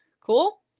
cool